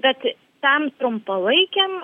bet tam trumpalaikiam